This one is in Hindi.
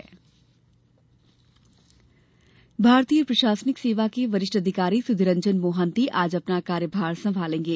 मोहंती भारतीय प्रशासनिक सेवा के वरिष्ठ अधिकारी सुधिरंजन मोहंती आज अपना कार्यभार संभालेंगे